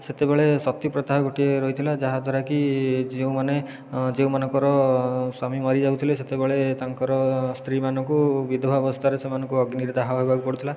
ସେତେବେଳେ ସତୀ ପ୍ରଥା ଗୋଟିଏ ରହିଥିଲା ଯାହାଦ୍ୱାରା କି ଯେଉଁମାନେ ଯେଉଁମାନଙ୍କର ସ୍ଵାମୀ ମରିଯାଉଥିଲେ ସେତେବେଳେ ତାଙ୍କର ସ୍ତ୍ରୀମାନଙ୍କୁ ବିଧବା ଅବସ୍ଥାରେ ସେମାନଙ୍କୁ ଅଗ୍ନିରେ ଦାହ ହେବାକୁ ପଡ଼ୁଥିଲା